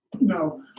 No